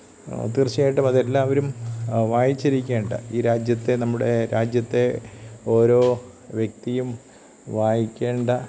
തീർച്ചയായിട്ടും അതെല്ലാവരും വായിച്ചിരിക്കേണ്ട ഈ രാജ്യത്തെ നമ്മുടെ രാജ്യത്തെ ഓരോ വ്യക്തിയും വായിക്കേണ്ട